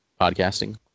podcasting